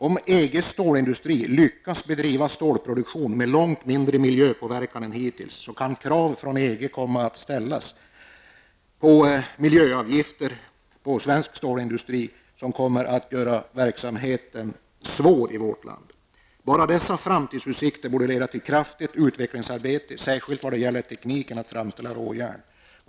Om EGs stålindustri i sin produktion lyckas påverka miljön på ett betydligt mildare sätt än hittills, då kan krav från EG komma att ställas på miljöavgifter inom svensk stålindustri. Det kommer att göra verksamheten svår i vårt land. Bara dessa framtidsutsikter borde leda till ett kraftigt utvecklingsarbete särskilt vad det gäller tekniken att framställa råjärn.